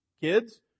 Kids